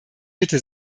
mitte